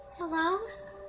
Hello